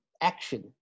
action